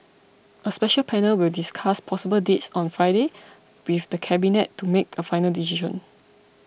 a special panel will discuss possible dates on Friday with the Cabinet to make a final decision